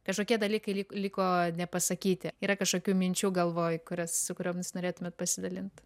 kažkokie dalykai liko nepasakyti yra kažkokių minčių galvoj kurias su kuriomis norėtumėt pasidalint